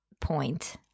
point